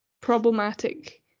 Problematic